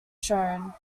shown